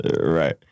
Right